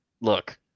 Look